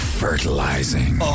fertilizing